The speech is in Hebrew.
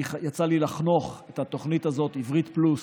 יצא לי לחנוך את התוכנית הזאת, "עברית פלוס",